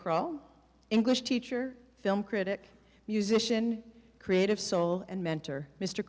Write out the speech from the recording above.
kroll english teacher film critic musician creative soul and mentor mr